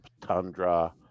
tundra